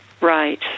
Right